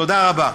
תודה רבה.